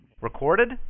Recorded